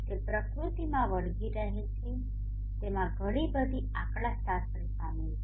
તે પ્રકૃતિમાં વળગી રહે છે તેમાં ઘણી બધી આંકડાશાસ્ત્ર સામેલ છે